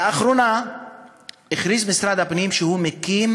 לאחרונה הכריז משרד הפנים שהוא מקים